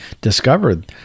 discovered